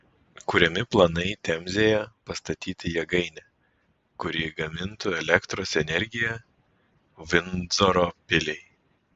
kuriami planai temzėje pastatyti jėgainę kuri gamintų elektros energiją vindzoro piliai